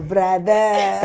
Brother